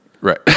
Right